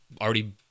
already